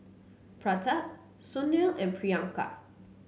Pratap Sunil and Priyanka